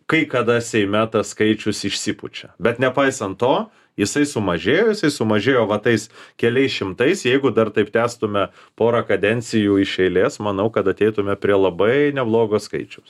kai kada seime tas skaičius išsipučia bet nepaisant to jisai sumažėjo jisai sumažėjo va tais keliais šimtais jeigu dar taip tęstume porą kadencijų iš eilės manau kad ateitume prie labai neblogo skaičiaus